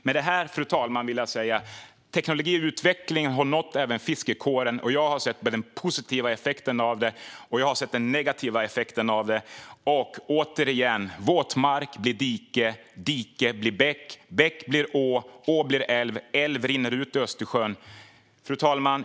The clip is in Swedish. Med detta, fru talman, vill jag säga att teknologiutvecklingen har nått även fiskekåren och att jag har sett dess positiva och negativa effekter. Återigen: Våtmark blir dike, dike blir bäck, bäck blir å, å blir älv och älv rinner ut i Östersjön. Fru talman!